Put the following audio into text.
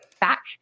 back